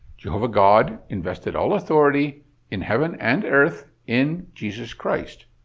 jehovah god invested all authority in heaven and earth in jesus christ.